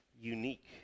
unique